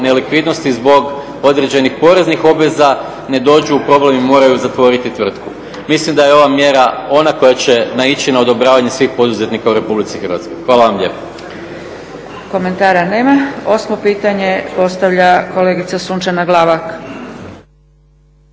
nelikvidnosti, zbog određenih poreznih obveza ne dođu u problemi moraju zatvoriti tvrtku. Mislim da je ova mjera ona koja će naići na odobravanje svih poduzetnika u Republici Hrvatskoj. Hvala vam lijepa. **Zgrebec, Dragica (SDP)** Komentara nema. 8. pitanje postavlja kolegica Sunčana Glavak.